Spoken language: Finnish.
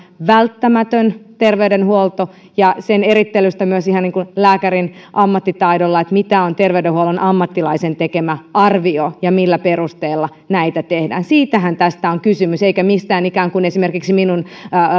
on välttämätön terveydenhuolto ja sen erittelystä myös ihan niin kuin lääkärin ammattitaidolla mitä on terveydenhuollon ammattilaisen tekemä arvio ja millä perusteella näitä tehdään siitähän tässä on kysymys eikä mistään esimerkiksi minun